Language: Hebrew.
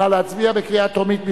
נא להצביע בקריאה טרומית.